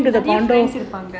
இருப்பாங்க:irupaanga